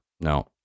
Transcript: No